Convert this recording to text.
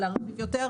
בשטח.